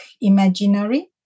imaginary